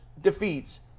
defeats